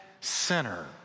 sinner